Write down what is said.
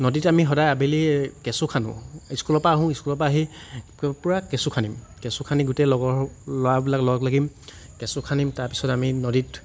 নদীত আমি সদাই আবেলি কেঁচু খান্দো স্কুলৰ পৰা আহোঁ স্কুলৰ পৰা আহি পূৰা কেঁচু খন্দিম কেঁচু খন্দি গোটেই লগৰ ল'ৰাবিলাক লগ লাগিম কেঁচু খন্দিম তাৰ পিছত আমি নদীত